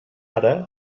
ara